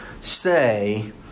say